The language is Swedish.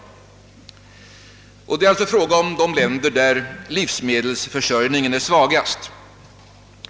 Det är här fråga om de länder där livsmedelsförsörjningen är svagast.